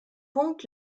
punkt